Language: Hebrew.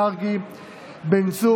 יואב קיש, דוד ביטן,